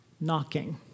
knocking